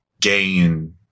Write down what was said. gain